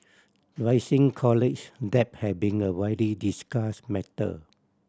rising college debt has been a widely discussed matter